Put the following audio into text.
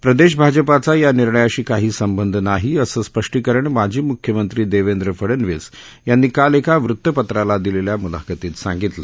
प्रदेश भाजपाचा या निर्णयीशी काही संबंध नाही असं स्पष्टिकरन माजी मुख्यमंत्री देवेंद्र फडनवीस यांनी काल एका वृत्त पत्राला दिलेल्या मुलखतीत सांगितलं